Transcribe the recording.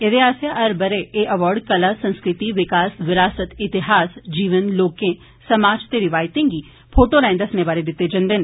एह्दे आस्सेआ हर बरे एह् अवार्ड कला संस्कृति विकास विरासत इतिहास जीवन लोकें समाज ते रियावतें गी फोटो राएं दस्सने बारै दिते जंदे न